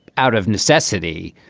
out of necessity,